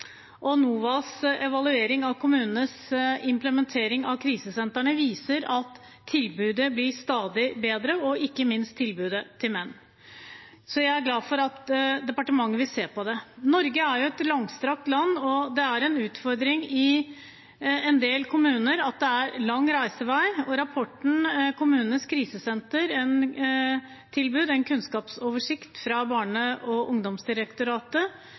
NOVAs evaluering av kommunenes implementering av krisesentrene viser at tilbudet blir stadig bedre – og ikke minst tilbudet til menn. Jeg er glad for at departementet vil se på det. Norge er et langstrakt land, og det er en utfordring i en del kommuner at det er lang reisevei. Rapporten Kommunenes krisesentertilbud – en kunnskapsoversikt, fra av Barne-, ungdoms- og